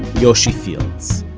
yoshi fields.